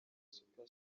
super